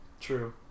True